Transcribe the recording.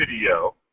video